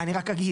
אני רק אגיד,